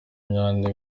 imyanda